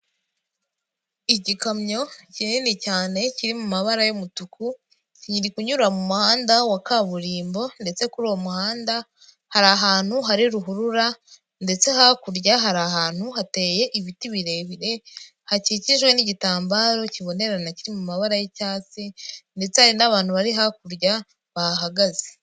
Igikamyo kinini cyane kiri mu mabara y'umutuku, kiri kunyura mu muhanda wa kaburimbo ndetse kuri uwo muhanda, hari ahantu hari ruhurura ndetse hakurya hari ahantu hateye ibiti birebire, hakikijwe n'igitambaro kibonerana kiri mu mabara y'icyatsi ndetse hari n'abantu bari hakurya bahagaze.